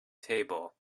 table